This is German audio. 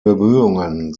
bemühungen